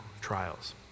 trials